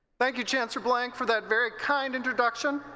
thank you, chancellor blank, for that very kind introduction.